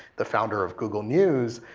the founder of google news.